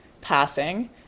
passing